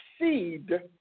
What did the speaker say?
seed